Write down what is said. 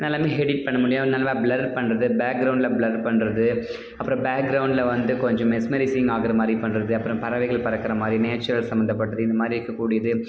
நான் எல்லாமே ஹெடிட் பண்ண முடியும் நல்லா ப்ளர் பண்ணுறது பேக்ரவுண்டில் ப்ளர் பண்ணுறது அப்புறம் பேக்ரவுண்டில் வந்து கொஞ்சம் மெஸ்மரைஸிங் ஆகிற மாதிரி பண்ணுறது அப்புறம் பறவைகள் பறக்கிற மாதிரி நேச்சுரல் சம்மந்தப்பட்டது இந்த மாதிரி இருக்கக்கூடியது